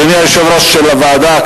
ואדוני היושב-ראש של הוועדה,